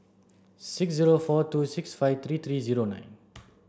six zero four two six five three three zero nine